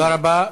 תודה רבה.